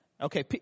Okay